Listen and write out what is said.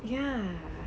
ya